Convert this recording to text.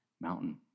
mountain